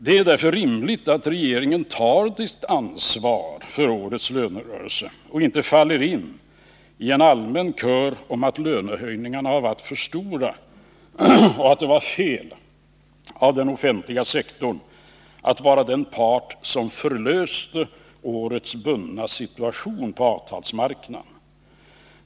Det är därför rimligt att regeringen tar sitt ansvar för årets lönerörelse och inte faller in i en allmän kör om att lönehöjningarna har varit för stora och att det var fel av den offentliga sektorn att vara den part som förlöste årets bundna situation på avtalsmarknaden.